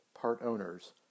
part-owners